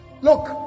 Look